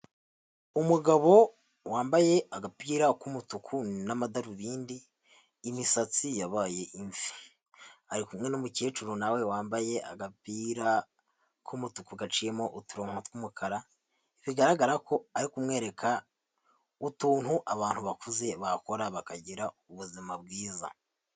Umugabo wambaye agapira k'umutuku n'amadarubindi imisatsi yabaye imvi, ari kumwe n'umukecuru nawe wambaye agapira k'umutuku gaciyemo uturon tw'umukara, bigaragara ko ari kumwereka utuntu abantu bakuze bakora bakagira ubuzima bwiza.